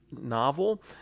novel